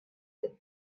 that